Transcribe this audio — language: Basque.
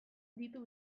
ditu